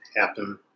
happen